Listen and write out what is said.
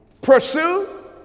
pursue